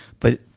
but,